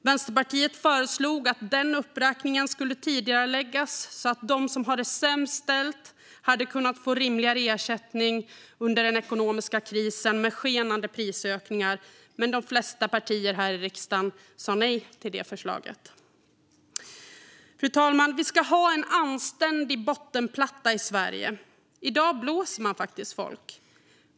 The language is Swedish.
Vänsterpartiet föreslog att den uppräkningen skulle tidigareläggas, så att de som har det sämst ställt hade kunnat få rimligare ersättning under den ekonomiska krisen med skenande prisökningar. Men de flesta partier här i riksdagen sa nej till det förslaget. Fru talman! Vi ska ha en anständig bottenplatta i Sverige. I dag blåser man faktiskt folk.